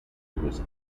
was